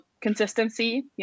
consistency